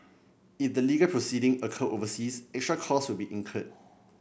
if the legal proceeding occur overseas extra costs will be incurred